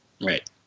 right